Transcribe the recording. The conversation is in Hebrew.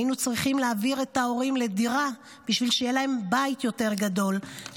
היינו צריכים להעביר את ההורים לדירה בשביל שיהיה להם בית יותר גדול,